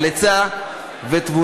על עצה ותבונה,